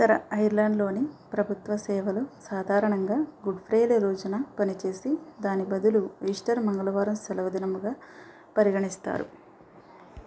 ఉత్తర ఐర్లాండ్లోని ప్రభుత్వ సేవలు సాధారణంగా గుడ్ డే రోజున పనిచేసి దాని బదులు ఈస్టర్ మంగళవారం సెలవుదినంగా పరిగణిస్తారు